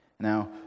Now